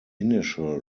initial